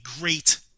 great